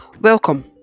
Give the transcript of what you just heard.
Welcome